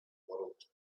world